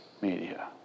media